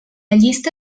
llista